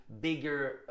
bigger